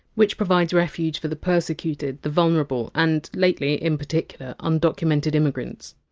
which provides refuge for the persecuted, the vulnerable and, lately in particular, undocumented immigrants.